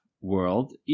world